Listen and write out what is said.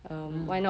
um